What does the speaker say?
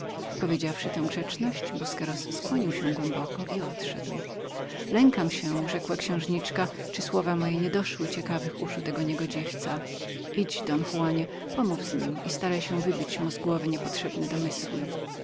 powiedziawszy tę grzeczność busqueros skłonił się głęboko i odszedł lękam się rzekła księżniczka aby słowa moje nie doszły ciekawych uszu tego niegodziwca idź don juanie pomów z nim i staraj się wybić mu z głowy niepotrzebne domysły